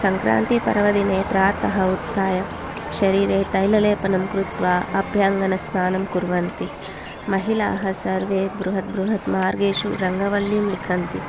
सङ्क्रान्तिपर्वदिने प्रातः उत्थाय शरीरे तैललेपनं कृत्वा अभ्यङ्गनस्नानं कुर्वन्ति महिलाः सर्वे बृहत् बृहत् मार्गेषु रङ्गवल्लीं लिखन्ति